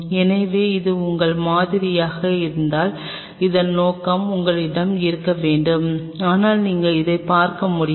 எனவே இது உங்கள் மாதிரியாக இருந்தால் இதன் நோக்கம் உங்களிடம் இருக்க வேண்டும் ஆனால் நீங்கள் அதைப் பார்க்க முடியும்